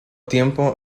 tiempo